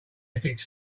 ethics